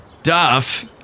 Duff